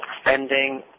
spending